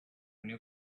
new